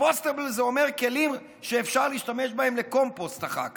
Compostable זה אומר כלים שאפשר להשתמש בהם לקומפוסט אחר כך.